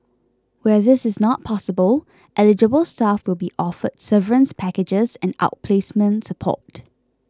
where this is not possible eligible staff will be offered severance packages and outplacement support